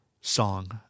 song